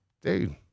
dude